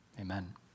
Amen